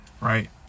Right